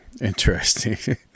Interesting